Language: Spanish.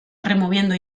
removiendo